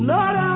Lord